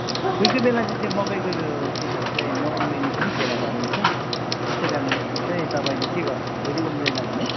कोही कोही बेला चाहिँ त्यो मकैको सिडहरू चाहिँ नउम्रिने पनि फेला पारिन्छ त्यसै कारणले यसमा चाहिँ तपईँले के गर्नुहुन्छ यदि उम्रिएन भने